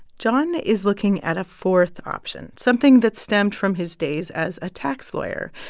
jon is looking at a fourth option, something that stemmed from his days as a tax lawyer,